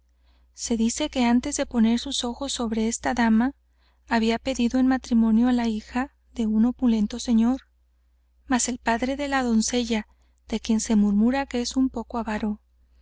se dice que antes de poner sus ojos sobre esta dama había pedido en matrimonio á la hija de un opulento señor mas el padre de la doncella de quien se murmura que es un poco avaro